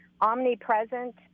omnipresent